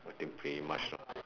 I think pretty much lah